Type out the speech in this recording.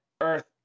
Earth